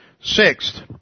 Sixth